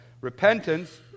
Repentance